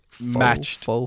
matched